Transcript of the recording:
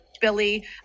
billy